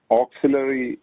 Auxiliary